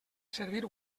servir